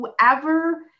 Whoever